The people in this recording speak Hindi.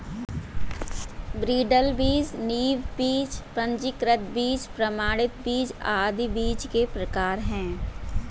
ब्रीडर बीज, नींव बीज, पंजीकृत बीज, प्रमाणित बीज आदि बीज के प्रकार है